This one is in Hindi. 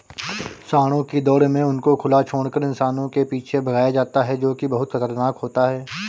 सांडों की दौड़ में उनको खुला छोड़कर इंसानों के पीछे भगाया जाता है जो की बहुत खतरनाक होता है